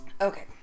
Okay